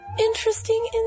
Interesting